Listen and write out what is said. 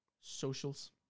Socials